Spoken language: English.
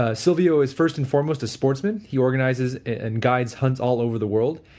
ah silvio is first and foremost a sportsman. he organizes and guides hunts all over the world.